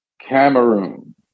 Cameroon